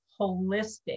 Holistic